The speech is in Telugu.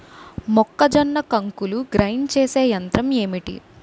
మొక్కజొన్న కంకులు గ్రైండ్ చేసే యంత్రం ఏంటి?